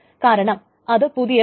കാരണം അത് പുതിയതാണ്